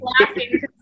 laughing